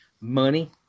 Money